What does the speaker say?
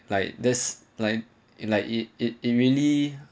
like there's like in like it it really